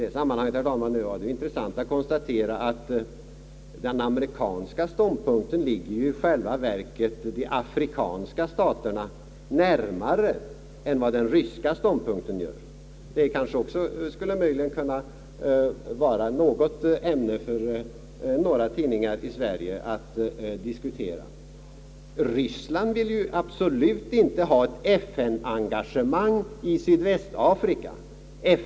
I sammanhanget, herr talman, var det intressant att konstatera att den amerikanska ståndpunkten i själva verket ligger närmare de afrikanska staternas än vad den ryska ståndpunkten gör. Det skulle möjligen också kunna vara ett ämne för tidningar i Sverige att diskutera. Ryssland vill absolut inte ha ett FN-engagemang i Sydvästafrika.